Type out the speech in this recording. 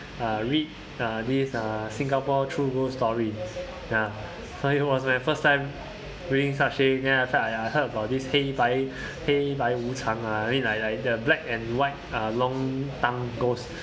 uh read uh these uh singapore true ghost story ya so it was my first time reading such thing and I thought I I heard about this 黑白黑白无常 ah I mean like like the black and white uh long tongue ghost